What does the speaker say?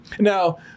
Now